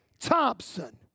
Thompson